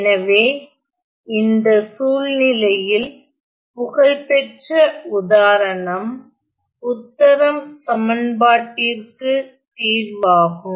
எனவே இந்த சூழ்நிலையில் புகழ்பெற்ற உதாரணம் உத்தரம் சமன்பாட்டிற்கு தீர்வாகும்